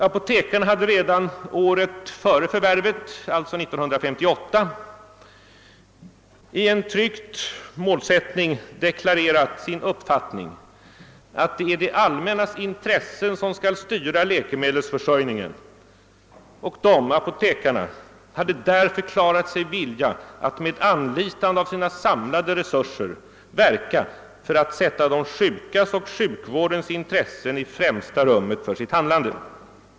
Apotekarna hade redan året före förvärvet — alltså 1958 — i en tryckt målsättning deklarerat sin uppfattning, att det är det allmännas intressen som skall styra läkemedelsförsörjningen, och de — apotekarna — hade där förklarat sig vilja med anlitande av sina samlade resurser verka för att sätta de sjukas och sjukvårdens intressen i främsta rummet för sitt handlande.